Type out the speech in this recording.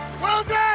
Wilson